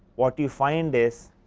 what you find is